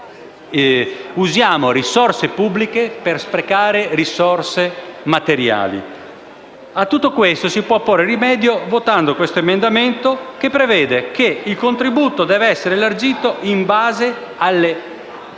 usiamo risorse pubbliche per sprecare risorse materiali. A tutto questo si può porre rimedio votando questo emendamento, che prevede che il contributo debba essere elargito in base alle